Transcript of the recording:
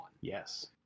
Yes